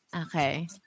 Okay